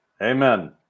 Amen